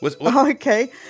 okay